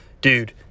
Dude